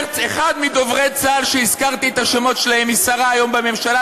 אחד מדוברי צה"ל שהזכרתי את השמות שלהם הוא שרה היום בממשלה,